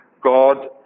God